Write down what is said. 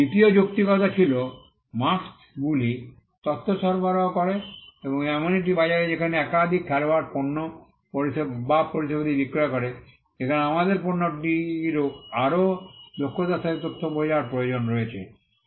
দ্বিতীয় যৌক্তিকতাটি ছিল মার্ক্স্ গুলি তথ্য সরবরাহ করে এবং এমন একটি বাজারে যেখানে একাধিক খেলোয়াড় পণ্য ও পরিষেবাদি বিক্রয় করে সেখানে আমাদের পণ্যটির আরও দক্ষতার সাথে তথ্য বোঝার প্রয়োজন রয়েছে